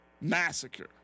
Massacre